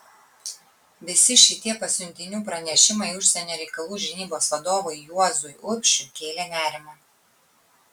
visi šitie pasiuntinių pranešimai užsienio reikalų žinybos vadovui juozui urbšiui kėlė nerimą